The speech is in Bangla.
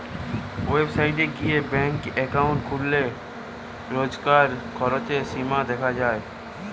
ওয়েবসাইট গিয়ে ব্যাঙ্ক একাউন্ট খুললে রোজকার খরচের সীমা দেখা যায়